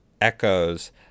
echoes